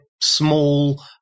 small